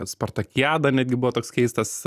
spartakiada netgi buvo toks keistas